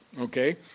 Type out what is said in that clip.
Okay